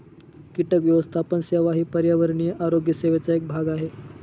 कीटक व्यवस्थापन सेवा ही पर्यावरणीय आरोग्य सेवेचा एक भाग आहे